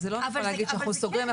זה לא נכון לומר שאנחנו סוגרים.